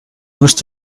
must